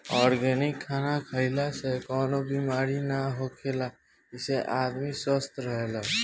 organic खाना खइला से कवनो बेमारी ना होखेला एसे आदमी स्वस्थ्य रहेला